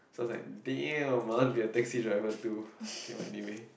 so I was like !damn! I want to have taxi driver too can go anywhere